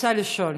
רוצה לשאול: